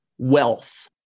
wealth